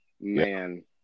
man